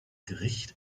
gericht